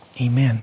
Amen